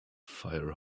fire